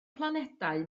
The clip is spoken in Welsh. planedau